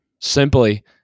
simply